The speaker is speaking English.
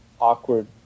awkward